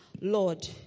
Lord